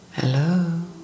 Hello